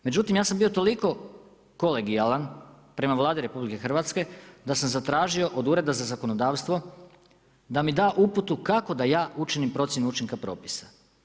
Međutim, ja sam bio toliko kolegijalan prema Vladi RH da sam zatražio od Ureda za zakonodavstvo da mi da uputu kako da ja učinim procjenu učinka propisa.